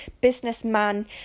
businessman